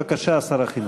בבקשה, שר החינוך.